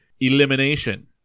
elimination